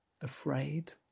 Afraid